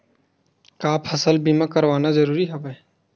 का फसल बीमा करवाना ज़रूरी हवय?